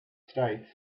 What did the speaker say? states